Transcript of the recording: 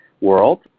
world